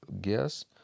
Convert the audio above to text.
guess